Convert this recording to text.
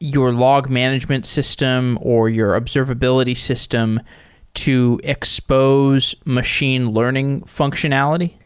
your log management system or your observability system to expose machine learning functionality?